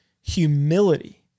humility